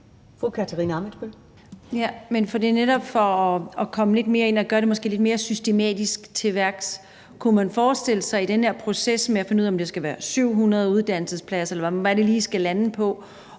lidt mere ind og måske gå lidt mere systematisk til værks. Kunne man forestille sig i den her proces med at finde ud af, om det skal være 700 uddannelsespladser, eller hvad det lige skal lande på,